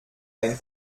ein